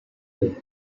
idea